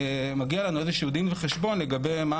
מגיע לנו איזה שהוא דין וחשבון לגמי מה